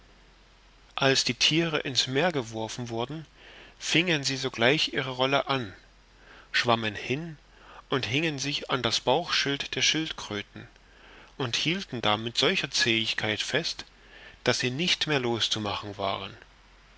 als die thiere in's meer geworfen wurden singen sie sogleich ihre wolle an schwammen hin und hingen sich an das bauchschild der schildkröten und hielten da mit solcher zähigkeit fest daß sie nicht mehr los zu machen waren